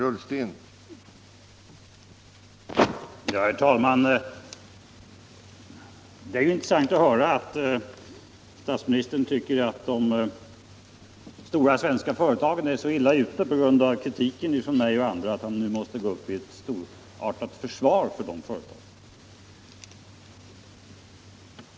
Herr talman! Det är intressant att höra att statsministern tycker att de stora svenska företagen är så illa ute på grund av kritiken från mig och andra att han måste ställa upp i ett storartat försvar för dem.